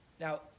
Now